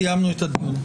סיימנו את הדיון.